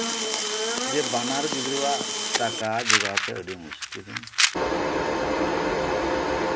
ᱡᱮ ᱵᱟᱱᱟᱨ ᱜᱤᱫᱨᱟᱹ ᱟᱜ ᱴᱟᱠᱟ ᱡᱚᱜᱟᱲ ᱛᱮ ᱟᱹᱰᱤ ᱢᱩᱥᱠᱤᱞ ᱨᱤᱧ ᱧᱩᱨ ᱮᱱᱟ